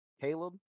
Caleb